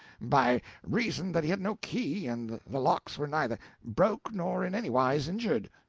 by reason that he had no key, and the locks were neither broke nor in any wise injured.